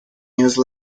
use